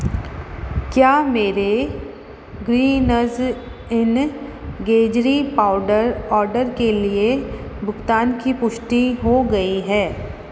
क्या मेरे ग्रीनज़ इन गेजरी पाउडर ऑर्डर के लिए भुगतान की पुष्टि हो गई है